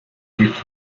lebt